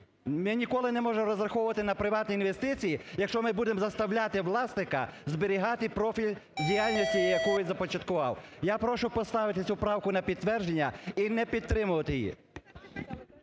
Ми ніколи не можемо розраховувати на приватні інвестиції, якщо ми будемо заставляти власника зберігати профіль діяльності, яку він започаткував. Я прошу поставити цю правку на підтвердження і не підтримувати її.